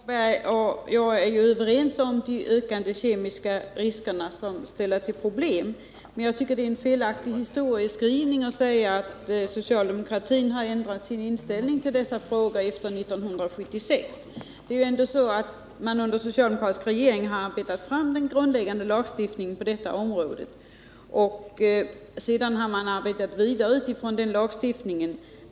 Herr talman! Lars-Ove Hagberg och jag är överens om att de ökande kemiska riskerna ställer till problem. Men jag tycker att det är en felaktig historieskrivning att säga att socialdemokratin har ändrat inställning i denna fråga sedan 1976. Den grundläggande lagstiftningen på detta område har ändå arbetats fram under den socialdemokratiska regeringens ledning, och man har sedan arbetat vidare med denna lagstiftning som utgångspunkt.